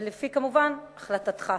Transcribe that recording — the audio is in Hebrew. כמובן, לפי החלטתך.